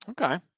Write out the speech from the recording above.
Okay